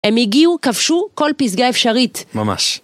הם הגיעו, כבשו, כל פסגה אפשרית. ממש.